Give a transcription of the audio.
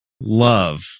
love